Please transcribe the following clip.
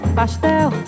pastel